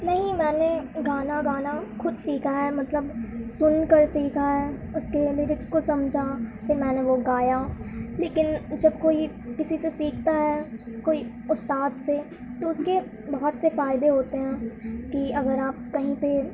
نہیں میں نے گانا گانا خود سیکھا ہے مطلب سن کر سیکھا ہے اس کی لیرکس کو سمجھا پھر میں نے وہ گایا لیکن جب کوئی کسی سے سیکھتا ہے کوئی استاد سے تو اس کے بہت سے فائدے ہوتے ہیں کہ اگر آپ کہیں پہ